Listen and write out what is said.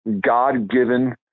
god-given